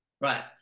Right